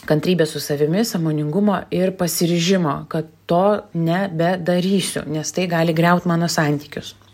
kantrybės su savimi sąmoningumo ir pasiryžimo kad to nebedarysiu nes tai gali griaut mano santykius